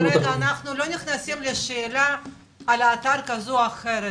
אנחנו לא נכנסים לשאלה על אתר כזה או אחר.